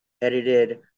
edited